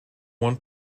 want